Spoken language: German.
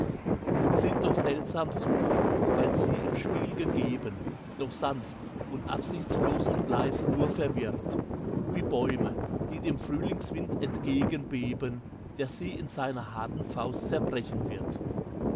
und sind doch seltsam süß weil sie im spiel gegeben noch sanft und absichtslos und leise nur verwirrt wie bäume die dem frühlingswind entgegenbeben der sie in seiner harten faust zerbrechen wird